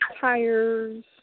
tires